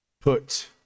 put